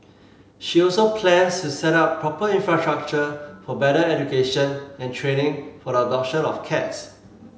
she also plans to set up proper infrastructure for better education and training for the adoption of cats